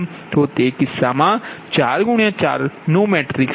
તો તે કીસ્સામા 4 4 નો મેટ્રિક્સ છે